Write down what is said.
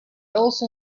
also